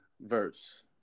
verse